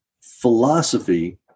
philosophy